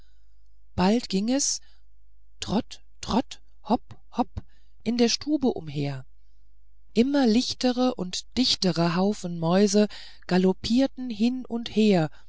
bald ging es trott trott hopp hopp in der stube umher immer lichtere und dichtere haufen mäuse galoppierten hin und her